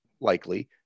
likely